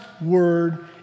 word